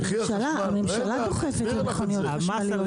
הממשלה דוחפת למכוניות חשמליות.